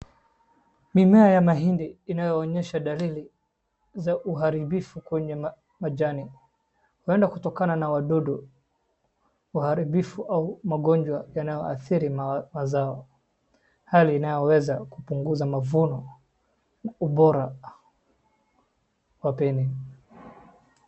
Mimea ya mahindi inayoonyesha dalili za uharibifu kwenye majani huenda kutokana na wadudu waharibifu au magonjwa yanayo athiri mazao hali inayoweza kupunguza mavuno na ubora.